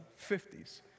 50s